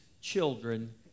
children